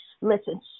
Listen